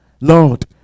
Lord